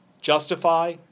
justify